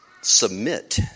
submit